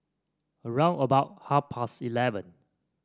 round about half past eleven